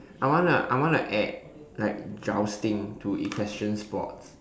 I wanna I wanna add like jousting to equestrian sports